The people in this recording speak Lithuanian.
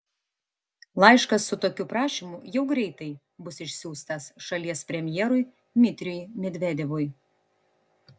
laiškas su tokiu prašymu jau greitai bus išsiųstas šalies premjerui dmitrijui medvedevui